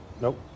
Nope